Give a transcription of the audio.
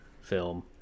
film